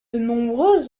nombreux